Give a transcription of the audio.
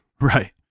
Right